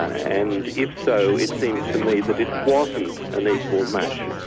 and if so, it seems to me that it wasn't an equal match.